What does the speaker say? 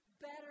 better